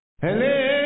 Hello